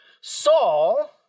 Saul